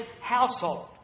household